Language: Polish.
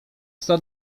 sto